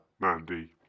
Mandy